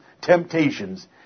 temptations